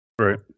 Right